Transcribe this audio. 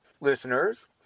listeners